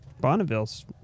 Bonneville's